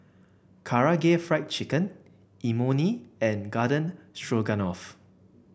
Karaage Fried Chicken Imoni and Garden Stroganoff